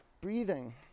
Breathing